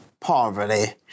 poverty